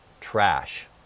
trash